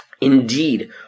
indeed